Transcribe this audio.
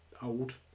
old